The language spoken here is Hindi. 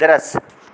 दृश्य